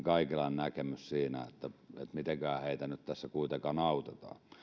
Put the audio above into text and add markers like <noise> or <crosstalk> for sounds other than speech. <unintelligible> kaikilla on näkemys siitä että mitenkähän heitä nyt tässä kuitenkaan autetaan